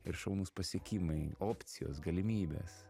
ir šaunus pasiekimai opcijos galimybės